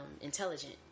intelligent